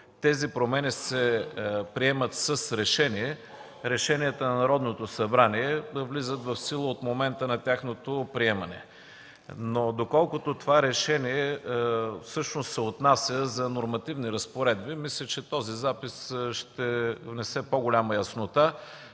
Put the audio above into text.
тези промени се приемат с решение, решенията на Народното събрание влизат в сила от момента на тяхното приемане. Доколкото това решение всъщност се отнася за нормативни разпоредби, мисля, че записът ще внесе по-голяма яснота,